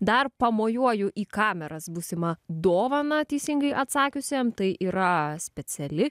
dar pamojuoju į kameras būsimą dovaną teisingai atsakiusiem tai yra speciali